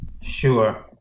sure